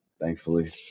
thankfully